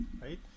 right